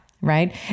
Right